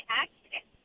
accident